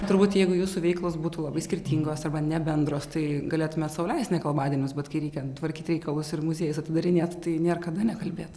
turbūt jeigu jūsų veiklos būtų labai skirtingos arba nebendros tai galėtumėt sau leist nekalbadienius bet kai reikia tvarkyt reikalus ir muziejus atidarinėt tai niekada nekalbėt